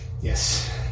Yes